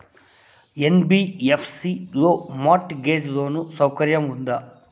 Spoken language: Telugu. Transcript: యన్.బి.యఫ్.సి లో మార్ట్ గేజ్ లోను సౌకర్యం ఉందా?